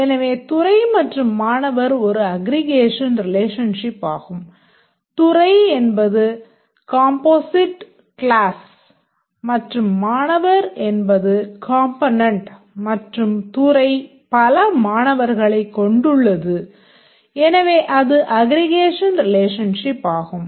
எனவே துறை மற்றும் மாணவர் ஒரு அக்ரிகேஷன் ரிலேஷன்ஷிப் ஆகும் துறை என்பது காம்போசிட் க்ளாஸ் மற்றும் மாணவர் என்பது காம்பொனென்ட் மற்றும் துறை பல மாணவர்களைக் கொண்டுள்ளது எனவே அது அக்ரிகேஷன் ரிலேஷன்ஷிப் ஆகும்